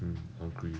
mm agree